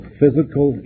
physical